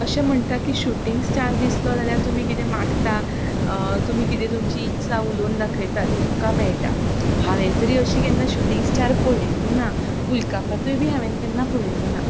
अशें म्हणटात की शुटिंग स्टार दिसलो जाल्यार तुमी कितें मागता तुमी कितें तुमची इत्सा उलोवन दाखयता तें तुमकां मेळटा हांवेन तरी अशी केन्ना शुटिंग स्टार पळयल्ली ना उल्कापतूय बी हांवेन केन्ना पळयल्लो ना